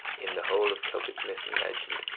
in the whole of celtic myth and legend,